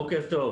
בוקר טוב